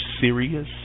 serious